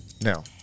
Now